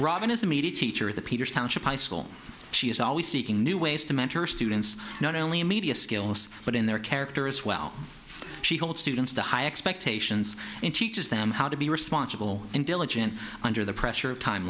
robin is the media teacher of the peters township high school she is always seeking new ways to mentor students not only in media skills but in their character as well she holds students to high expectations and teaches them how to be responsible and diligent on the pressure of time